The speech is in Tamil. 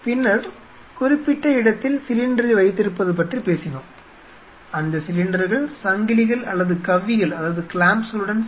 பின்னர் குறிப்பிட்ட இடத்தில் சிலிண்டரை வைத்திருப்பது பற்றி பேசினோம் அந்த சிலிண்டர்கள் சங்கிலிகள் அல்லது கவ்விகளுடன் clamps